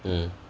mm